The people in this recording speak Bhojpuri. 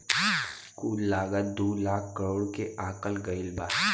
कुल लागत दू लाख करोड़ के आकल गएल बा